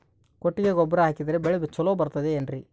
ಕೊಟ್ಟಿಗೆ ಗೊಬ್ಬರ ಹಾಕಿದರೆ ಬೆಳೆ ಚೊಲೊ ಬರುತ್ತದೆ ಏನ್ರಿ?